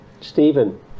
Stephen